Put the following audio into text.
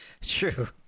True